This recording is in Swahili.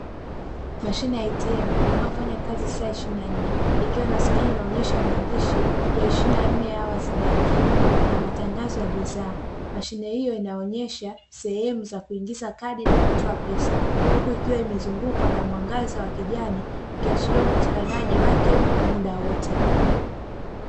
Mashine ya "ATM" inayofanya kazi saa ishirini na nne, ikiwa na skrini inayoonyesha maandishi ya ishirini na nne hawazi benki, na matangazo ya bidhaa. Mashine hiyo inaonyesha sehemu za kuingiza kadi na kutoa pesa huku ikiwa imezungukwa na mwangaza wa kijani ikiashiria upatikanaji wake muda wote.